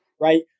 right